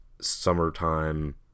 summertime